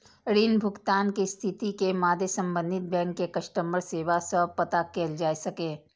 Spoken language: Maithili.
ऋण भुगतान के स्थिति के मादे संबंधित बैंक के कस्टमर सेवा सं पता कैल जा सकैए